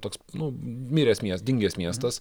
toks nu miręs mies dingęs miestas